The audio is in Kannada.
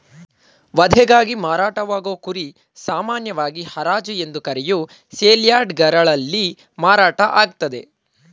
ವಧೆಗಾಗಿ ಮಾರಾಟವಾಗೋ ಕುರಿ ಸಾಮಾನ್ಯವಾಗಿ ಹರಾಜು ಎಂದು ಕರೆಯೋ ಸೇಲ್ಯಾರ್ಡ್ಗಳಲ್ಲಿ ಮಾರಾಟ ಆಗ್ತದೆ